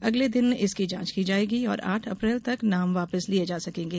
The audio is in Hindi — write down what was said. अगले दिन इसकी जांच की जायेगी और आठ अप्रैल तक नाम वापस लिये जा सकेंगे